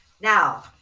Now